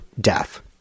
death